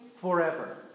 forever